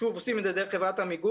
שוב, עושים את זה דרך חברת עמיגור.